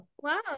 wow